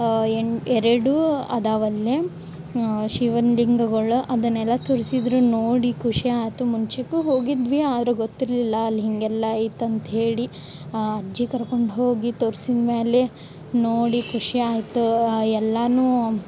ಎಣ್ ಎರಡು ಅದಾವಲ್ಲೆ ಶಿವನ ಲಿಂಗಗಳು ಅದನ್ನೆಲ್ಲ ತೋರ್ಸಿದ್ದರು ನೋಡಿ ಖುಷಿ ಆತು ಮುಂಚೆಕು ಹೋಗಿದ್ವಿ ಆದ್ರ ಗೊತ್ತಿರಲಿಲ್ಲ ಅಲ್ಲಿ ಹೀಗೆಲ್ಲ ಐತಂತ ಹೇಳಿ ಅಜ್ಜಿ ಕರ್ಕೊಂಡು ಹೋಗಿ ತೋರ್ಸಿದ್ಮ್ಯಾಲೆ ನೋಡಿ ಖುಷಿ ಆಯ್ತು ಎಲ್ಲನು